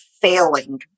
failing